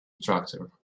structure